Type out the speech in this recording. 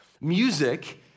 Music